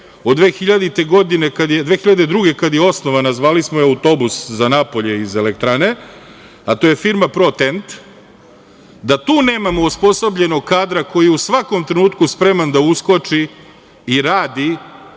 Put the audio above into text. je 2002. godine osnovana zvali smo je „autobus za napolje“ iz elektrane, a to je firma „Pro Tent“ i da tu nemamo osposobljenog kadra koji u svakom trenutku spreman da uskoči i radi